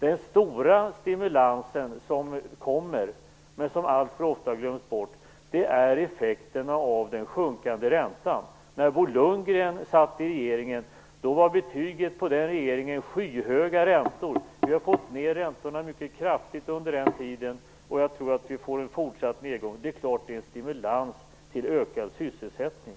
Den stora stimulansen som kommer och som alltför ofta glöms bort är effekterna av den sjunkande räntan. När Bo Lundgren satt i regeringen gav betyget på den regeringen skyhöga räntor. Vi har fått ned räntorna mycket kraftigt under den här tiden. Jag tror att vi får en fortsatt nedgång. Det är klart att det är en stimulans till ökad sysselsättning.